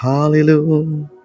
Hallelujah